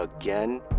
again